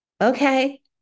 okay